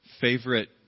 favorite